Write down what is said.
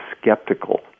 skeptical